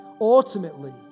ultimately